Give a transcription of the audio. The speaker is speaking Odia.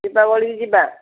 ଦିପାବଳୀ କି ଯିବା